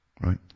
right